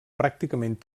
pràcticament